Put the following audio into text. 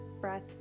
breath